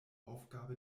aufgabe